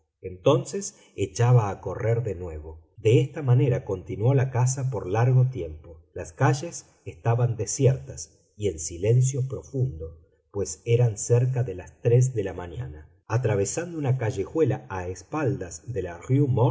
entonces echaba a correr de nuevo de esta manera continuó la caza por largo tiempo las calles estaban desiertas y en silencio profundo pues eran cerca de las tres de la mañana atravesando una callejuela a espaldas de la